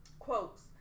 Quotes